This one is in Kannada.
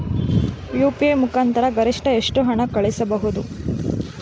ಯು.ಪಿ.ಐ ಮುಖಾಂತರ ಗರಿಷ್ಠ ಎಷ್ಟು ಹಣ ಕಳಿಸಬಹುದು?